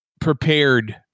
prepared